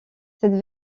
cette